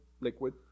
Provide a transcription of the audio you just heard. liquid